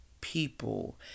people